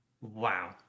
Wow